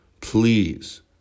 Please